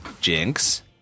Jinx